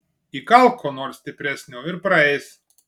įkalk ko nors stipresnio ir praeis